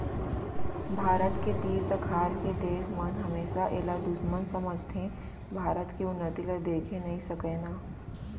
भारत के तीर तखार के देस मन हमेसा एला दुस्मन समझथें भारत के उन्नति ल देखे नइ सकय ना